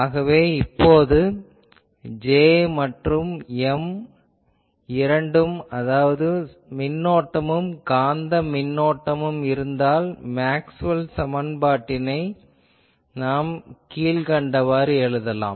ஆகவே இப்போது J மற்றும் M இரண்டும் அதாவது மின்னோட்டமும் காந்த மின்னோட்டமும் இருந்தால் மேக்ஸ்வெல் சமன்பாட்டினை நாம் கீழ்கண்டவாறு எழுதலாம்